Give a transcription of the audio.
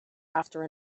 after